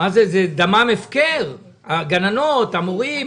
דמם של המורים,